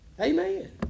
Amen